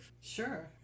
sure